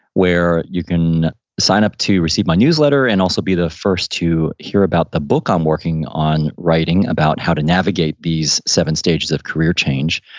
where you can sign up to receive my newsletter and also be the first to hear about the book i'm working on writing about how to navigate these seven stages of career change.